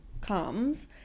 comes